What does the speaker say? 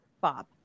Bob